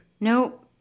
Nope